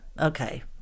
Okay